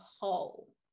whole